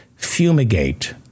fumigate